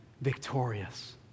victorious